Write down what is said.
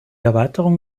erweiterung